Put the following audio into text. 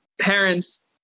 parents